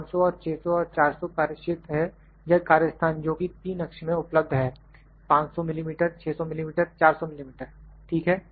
5 500 और 600 और 400 कार्य क्षेत्र है या कार्य स्थान जोकि 3 अक्ष में उपलब्ध है 500 mm 600 mm 400 mm ठीक है